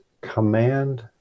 Command